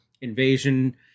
Invasion